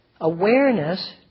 awareness